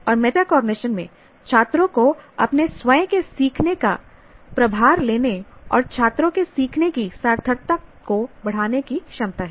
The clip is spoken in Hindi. और मेटाकॉग्निशन में छात्रों को अपने स्वयं के सीखने का प्रभार लेने और छात्रों के सीखने की सार्थकता को बढ़ाने की क्षमता है